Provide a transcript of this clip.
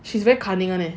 she's very cunning [one] leh